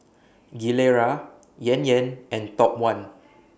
Gilera Yan Yan and Top one